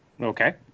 Okay